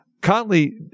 Conley